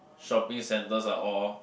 shopping centers are all